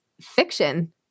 fiction